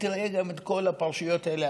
ותראה גם את כל הפרשיות האלה,